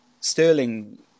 Sterling